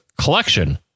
collection